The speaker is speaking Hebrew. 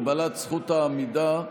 הגבלת זכות העמידה)